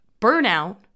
Burnout